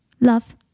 Love